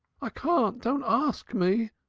i can't. don't ask me.